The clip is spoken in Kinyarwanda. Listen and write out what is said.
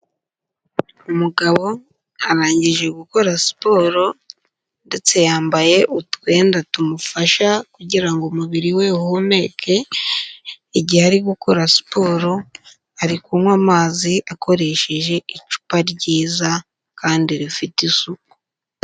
Umugabo arangije gukora siporo, ndetse yambaye utwenda tumufasha kugira ngo umubiri we uhumeke, igihe ari gukora siporo, ari kunywa amazi akoresheje icupa ryiza kandi rifite isuku.